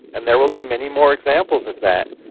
and there will be many more examples of that,